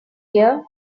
here